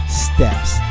steps